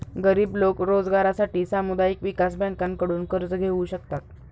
गरीब लोक रोजगारासाठी सामुदायिक विकास बँकांकडून कर्ज घेऊ शकतात